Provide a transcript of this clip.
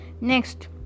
Next